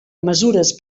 mesures